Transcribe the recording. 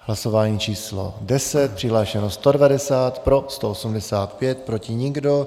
Hlasování číslo 10. Přihlášeno 190, pro 185, proti nikdo.